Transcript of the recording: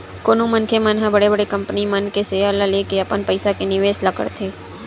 कोनो मनखे मन ह बड़े बड़े कंपनी मन के सेयर ल लेके अपन पइसा के निवेस ल करथे